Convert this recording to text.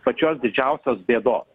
pačios didžiausios bėdos